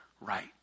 right